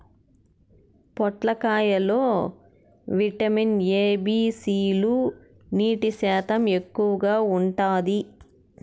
పొట్లకాయ లో vitamin A, B, C లు, నీటి శాతం ఎక్కువగా ఉంటాది